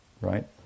right